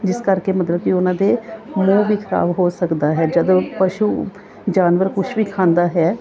ਜਿਸ ਕਰਕੇ ਮਤਲਬ ਕਿ ਉਹਨਾਂ ਦੇ ਮੂੰਹ ਵੀ ਖਰਾਬ ਹੋ ਸਕਦਾ ਹੈ ਜਦੋਂ ਪਸ਼ੂ ਜਾਨਵਰ ਕੁਛ ਵੀ ਖਾਂਦਾ ਹੈ